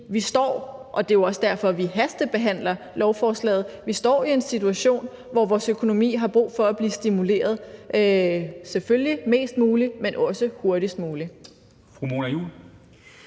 situation – det er også derfor, vi hastebehandler lovforslaget – hvor vores økonomi har brug for at blive stimuleret, selvfølgelig mest muligt, men også hurtigst muligt.